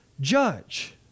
judge